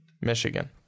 Michigan